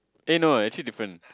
eh no actually different